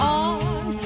on